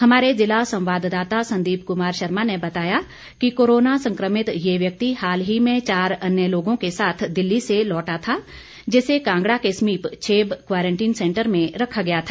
हमारे ज़िला संवाददाता संदीप कुमार शर्मा ने बताया कि कोरोना संक्रमित ये व्यक्ति हाल ही में चार अन्य लोगों के साथ दिल्ली से लौटा था जिसे कांगड़ा के समीप छेब क्वारंटीन सैंटर में रखा गया था